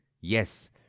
Yes